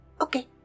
Okay